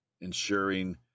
Ensuring